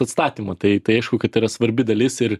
atstatymą tai tai aišku kad yra svarbi dalis ir